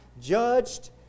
judged